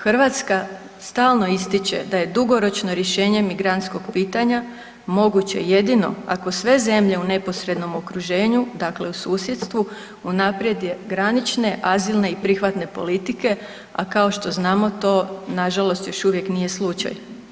Hrvatska stalno ističe da je dugoročno rješenje migrantskog pitanja moguće jedino ako sve zemlje u neposrednom okruženju, dakle u susjedstvu unaprijede granične, azilne i prihvatne politike, a kao što znamo to nažalost još uvijek nije slučaj.